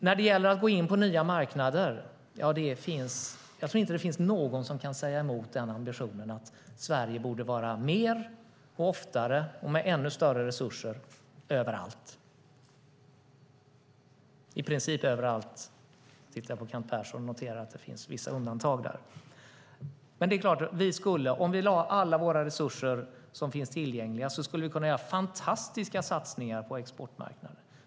När det gäller att gå in på nya marknader tror jag inte att det finns någon som kan säga emot ambitionen att Sverige borde vara mer, oftare och med ännu större resurser överallt, eller i princip överallt - jag tittar på Kent Persson och noterar att det finns vissa undantag. Om vi lade alla våra resurser som finns tillgängliga skulle vi kunna göra fantastiska satsningar på exportmarknaderna.